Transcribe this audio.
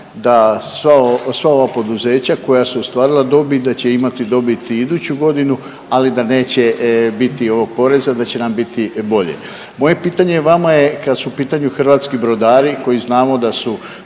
sva, sva ova poduzeća koja su ostvarila dobit da će imati dobiti i iduću godinu, ali da neće biti ovog poreza, da će nam biti bolje. Moje pitanje vama je kad su u pitanju hrvatski brodari koji znamo da su